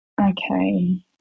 okay